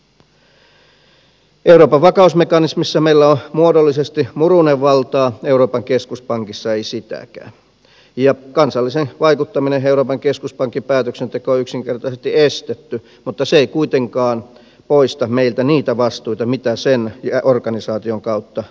euroopan vakausmekanismissa meillä on muodollisesti murunen valtaa euroopan keskuspankissa ei sitäkään ja kansallinen vaikuttaminen euroopan keskuspankin päätöksentekoon on yksinkertaisesti estetty mutta se ei kuitenkaan poista meiltä niitä vastuita mitä sen organisaation kautta tulee